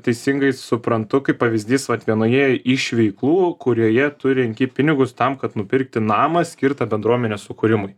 teisingai suprantu kaip pavyzdys vat vienoje iš veiklų kurioje tu renki pinigus tam kad nupirkti namą skirtą bendruomenės sukūrimui